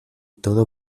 todo